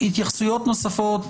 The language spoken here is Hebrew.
התייחסויות נוספות,